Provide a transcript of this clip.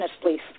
please